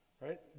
right